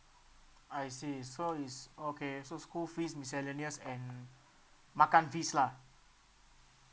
I see so is okay so school fees miscellaneous and makan fees lah